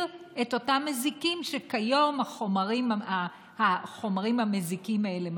את אותם מזיקים שכיום מדבירים אותם בחומרים המזיקים האלה.